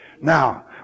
Now